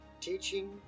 teaching